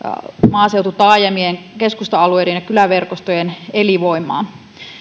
maaseututaajamien keskusta alueiden ja kyläverkostojen elinvoimaa